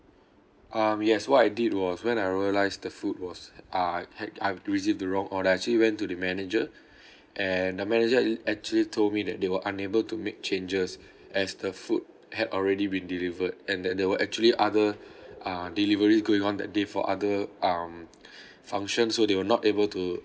um yes what I did was when I realised the food was Uh ha~ I've received the wrong order I actually went to the manager and the manager it actually told me that they were unable to make changes as the food had already been delivered and that they were actually other uh delivery going on that day for other um function so they were not able to